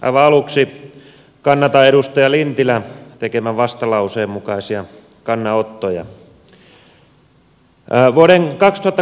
aivan aluksi kannatan edustaja lintilän tekemän vastalauseen mukaisia kannanottoja